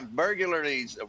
burglaries